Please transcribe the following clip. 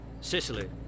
Sicily